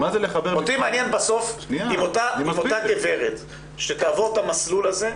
מה זה --- אותי מעניין בסוף אם אותה גברת שתעבור את המסלול הזה,